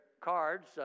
Cards